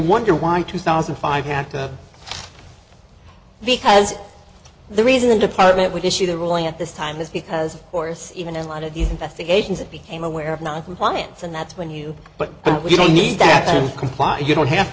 wonder why two thousand five have to because the reason the department would issue the ruling at this time is because of course even as a lot of these investigations it became aware of noncompliance and that's when you but we don't need that to comply you don't have